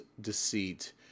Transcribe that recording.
deceit